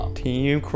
team